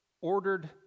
ordered